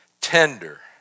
tender